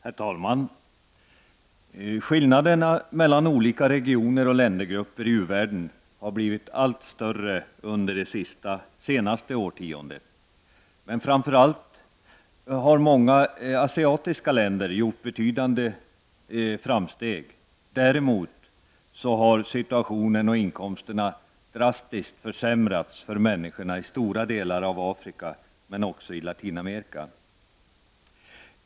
Herr talman! Skillnaderna mellan olika regioner och ländergrupper i uvärlden har blivit allt större under det senaste årtiondet. Medan framför allt många asiatiska länder har gjort betydande framsteg har situationen och inkomsterna drastiskt försämrats för människorna i stora delar av Afrika och Latinamerika.